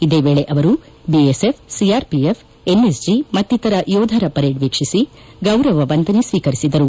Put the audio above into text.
ಇದೇ ವೇಳೆ ಅವರು ಬಿಎಸ್ಎಫ್ ಸಿಆರ್ಪಿಎಫ್ ಎನ್ಎಸ್ಜಿ ಮತ್ತಿತರ ಯೋಧರ ಪರೇಡ್ ವೀಕ್ಷಿಸಿ ಗೌರವ ವಂದನೆ ಸ್ವೀಕರಿಸಿದರು